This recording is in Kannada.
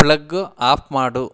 ಪ್ಲಗ್ಗು ಆಫ್ ಮಾಡು